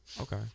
Okay